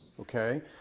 okay